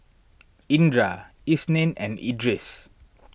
Indra Isnin and Idris